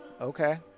okay